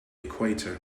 equator